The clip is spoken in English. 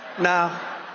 Now